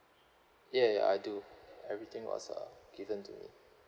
ya ya I do everything was uh given to me